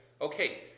Okay